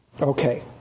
Okay